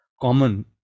common